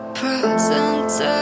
present